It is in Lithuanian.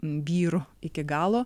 vyru iki galo